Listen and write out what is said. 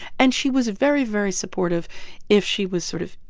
and she was very, very supportive if she was sort of,